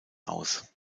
aus